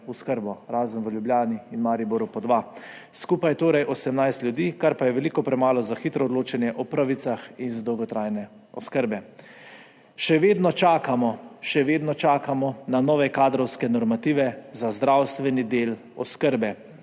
oskrbo, razen v Ljubljani in Mariboru po dva, skupaj torej 18 ljudi, kar pa je veliko premalo za hitro odločanje o pravicah iz dolgotrajne oskrbe. Še vedno čakamo, še vedno čakamo na nove kadrovske normative za zdravstveni del oskrbe.